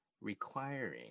requiring